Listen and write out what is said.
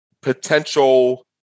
potential